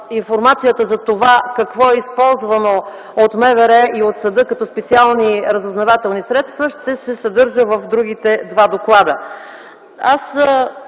затова, какво е използвано от МВР и от съда като специални разузнавателни средства, ще се съдържа в другите два доклада. Аз